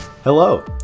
Hello